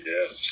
Yes